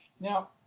Now